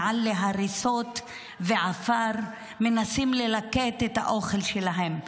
מעל להריסות ועפר מנסים ללקט את האוכל שלהם.